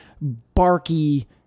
barky